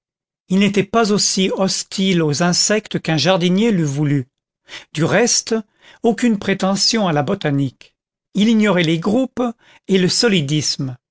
il n'était pas aussi hostile aux insectes qu'un jardinier l'eût voulu du reste aucune prétention à la botanique il ignorait les groupes et le solidisme